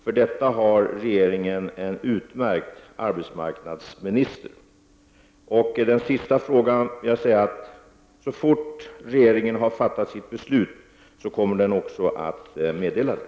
För dessa har regeringen en utmärkt arbetsmarknadsminister. Beträffande Birger Anderssons sista fråga vill jag säga att så fort som regeringen har fattat sitt beslut kommer den också att meddela det.